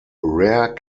rare